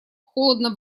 холодно